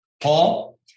Paul